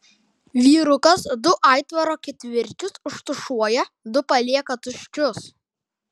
vyrukas du aitvaro ketvirčius užtušuoja du palieka tuščius